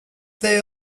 they